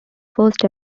first